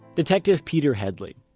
detective peter headley,